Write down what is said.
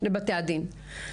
לבתי הדין.